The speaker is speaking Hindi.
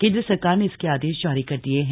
केंद्र सरकार ने इसके आदेश जारी कर दिये हैं